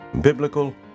biblical